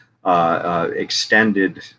Extended